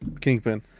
kingpin